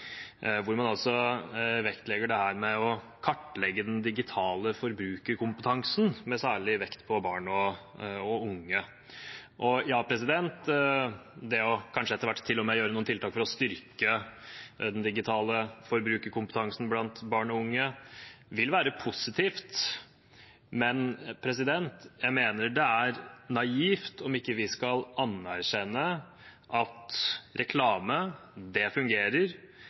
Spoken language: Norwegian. vektlegger dette med å kartlegge den digitale forbrukerkompetansen med særlig vekt på barn og unge. Ja, det å kanskje etter hvert gjøre noen tiltak for å styrke den digitale forbrukerkompetansen blant barn og unge vil være positivt, men jeg mener det er naivt om vi ikke skal anerkjenne at reklame fungerer – det